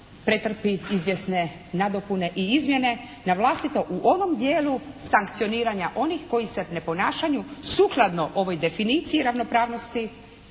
pretrpi izvjesne nadopune i izmjene na vlastito u ovom dijelu sankcioniranja onih kojih se ne ponašaju sukladno ovoj definiciji ravnopravnosti